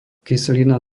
kyselina